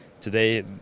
today